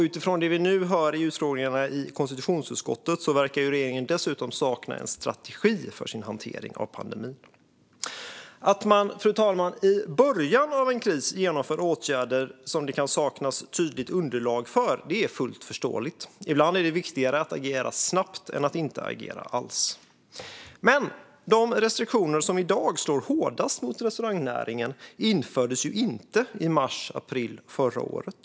Utifrån det vi har hört i utfrågningarna i konstitutionsutskottet verkar regeringen dessutom sakna en strategi för sin hantering av pandemin. Fru talman! Att man i början av en kris vidtar åtgärder som det kan saknas tydligt underlag för är fullt förståeligt. Ibland är det viktigare att agera snabbt än att inte agera alls. Men de restriktioner som i dag slår hårdast mot restaurangnäringen infördes inte i mars eller april förra året.